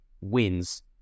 wins